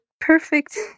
perfect